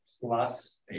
plus